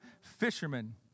fishermen